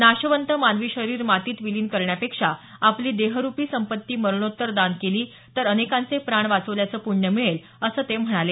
नाशवंत मानवी शरीर मातीत विलीन करण्यापेक्षा आपली देहरूपी संपत्ती मरणोत्तर दान केली तर अनेकांचे प्राण वाचवल्याचं प्रण्य मिळेल असं ते म्हणाले